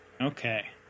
Okay